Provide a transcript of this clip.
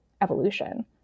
evolution